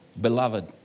beloved